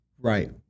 Right